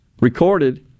recorded